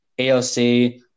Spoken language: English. aoc